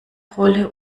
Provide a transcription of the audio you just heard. rolle